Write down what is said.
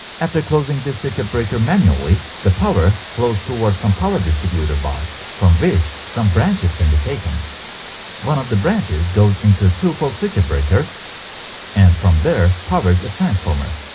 after closing this circuit breaker manually the power flows toward some power distributer bars from which some branches can be taken one of the branches goes into a two-pole circuit breaker and from there powers a transformer